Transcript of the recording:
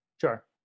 Sure